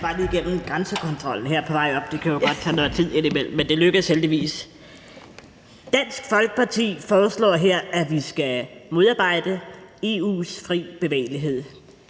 Dansk Folkeparti foreslår her, at vi skal modarbejde EU's fri bevægelighed.